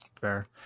Fair